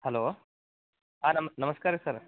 hello ಹಾಂ ನಮ್ ನಮ್ಸ್ಕಾರ ರಿ ಸರ್ರ